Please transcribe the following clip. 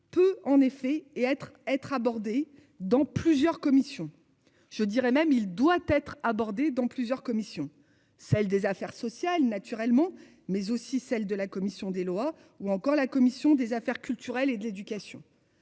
peut en effet et être être abordée dans plusieurs commissions. Je dirais même il doit être abordée dans plusieurs commissions celle des affaires sociales naturellement mais aussi celle de la commission des lois, ou encore la commission des affaires culturelles et de l'éducation.--